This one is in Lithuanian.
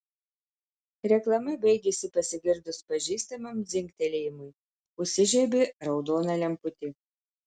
reklama baigėsi pasigirdus pažįstamam dzingtelėjimui užsižiebė raudona lemputė